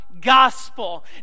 gospel